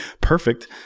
perfect